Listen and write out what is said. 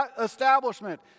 establishment